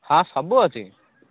ହଁ ସବୁ ଅଛି